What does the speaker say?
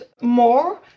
more